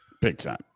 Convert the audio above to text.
big-time